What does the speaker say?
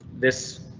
this.